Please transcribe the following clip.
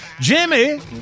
Jimmy